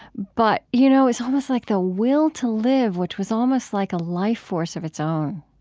but you know it's almost like the will to live which was almost like a life force of its own